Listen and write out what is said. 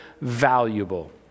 valuable